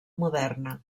moderna